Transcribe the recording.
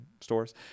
stores